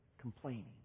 complaining